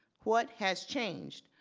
what has changed?